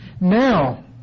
Now